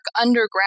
underground